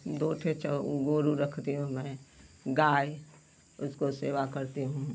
दो ठे च गोरू रखती हूँ मैं गाय उसको सेवा करती हूँ